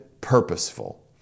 purposeful